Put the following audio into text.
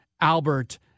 Albert